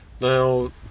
now